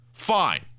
fine